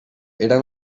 eren